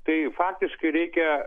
tai faktiškai reikia